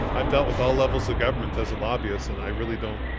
i've dealt with all levels of government as a lobbyist and i really don't